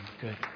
good